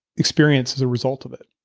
experience as a result of it